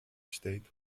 stayed